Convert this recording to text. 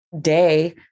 day